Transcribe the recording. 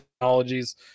technologies